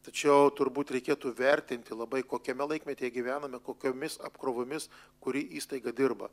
tačiau turbūt reikėtų vertinti labai kokiame laikmetyje gyvename kokiomis apkrovomis kuri įstaiga dirba